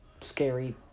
scary